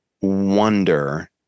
wonder